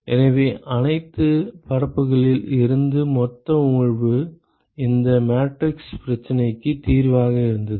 எனவே அனைத்து பரப்புகளில் இருந்தும் மொத்த உமிழ்வு இந்த மேட்ரிக்ஸ் பிரச்சனைக்கு தீர்வாக இருந்தது